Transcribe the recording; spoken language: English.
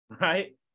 right